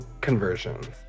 conversions